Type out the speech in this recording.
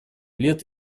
лет